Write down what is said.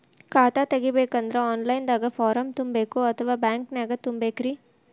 ಖಾತಾ ತೆಗಿಬೇಕಂದ್ರ online ದಾಗ ಫಾರಂ ತುಂಬೇಕೊ ಅಥವಾ ಬ್ಯಾಂಕನ್ಯಾಗ ತುಂಬ ಬೇಕ್ರಿ?